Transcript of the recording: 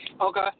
Okay